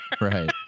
Right